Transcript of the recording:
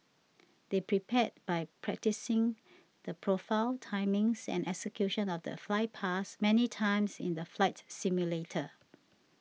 they prepared by practising the profile timings and execution of the flypast many times in the flight simulator